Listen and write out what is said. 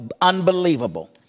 unbelievable